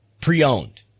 pre-owned